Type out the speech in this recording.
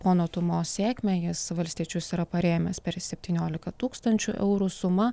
pono tumos sėkmę jis valstiečius yra parėmęs per septyniolika tūkstančių eurų sumą